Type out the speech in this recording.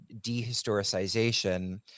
dehistoricization